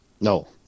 No